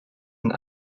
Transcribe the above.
and